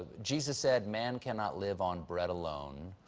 jesus said, man cannot live on bread alone.